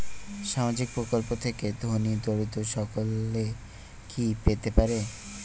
সামাজিক প্রকল্প থেকে ধনী দরিদ্র সকলে কি পেতে পারে?